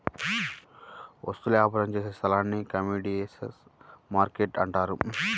వస్తువుల వ్యాపారం చేసే స్థలాన్ని కమోడీటీస్ మార్కెట్టు అంటారు